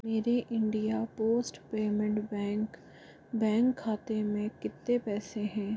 मेरे India post payment bank bank खाते में कितने पैसे हैं